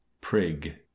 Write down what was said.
Prig